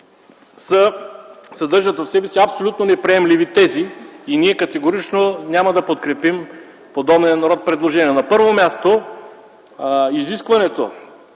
съдържат в себе си абсолютно неприемливи тези и ние категорично няма да подкрепим подобен род предложения. На първо място – изискването